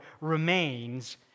remains